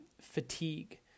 fatigue